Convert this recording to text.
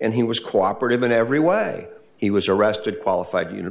and he was cooperative in every way he was arrested qualified you